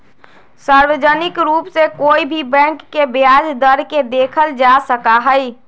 सार्वजनिक रूप से कोई भी बैंक के ब्याज दर के देखल जा सका हई